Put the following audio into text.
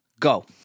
go